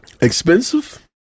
expensive